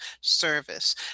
service